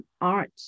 art